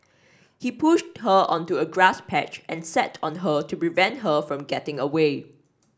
he pushed her onto a grass patch and sat on her to prevent her from getting away